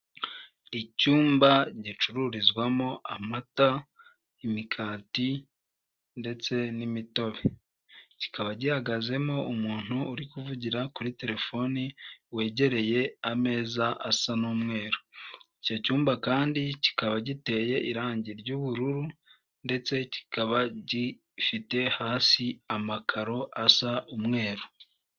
Icyumba gicururizwamo amata, imikati ndetse n'imitobe. Kikaba gihagazemo umuntu uri kuvugira kuri telefoni wegereye ameza asa n'umweru. Icyo cyumba kandi kikaba giteye irangi ry'ubururu, ndetse kikaba gifite hasi amakaro asa umweru.